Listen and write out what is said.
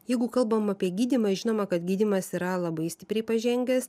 jeigu kalbam apie gydymą žinoma kad gydymas yra labai stipriai pažengęs